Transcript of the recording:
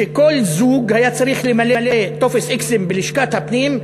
שבו כל זוג היה צריך למלא את טופס האיקסים בלשכת משרד הפנים.